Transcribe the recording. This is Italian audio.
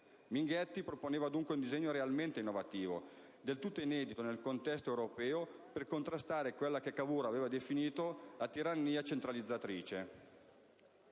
Minghetti proponeva dunque un disegno realmente innovativo, del tutto inedito nel contesto europeo, per contrastare quella che Cavour aveva definito la «tirannia centralizzatrice».